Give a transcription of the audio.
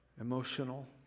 emotional